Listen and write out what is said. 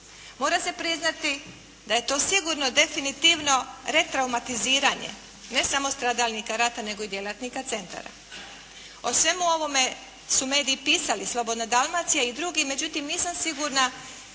Mora se priznati da je to sigurno, definitivno retraumatiziranje, ne samo stradalnika rata, nego i djelatnika centara. O svemu ovome su mediji pisali, "Slobodna Dalmacija" i drugi, međutim nisam sigurna